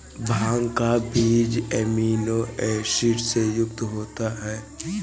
भांग का बीज amino acid से युक्त होता है